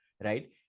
right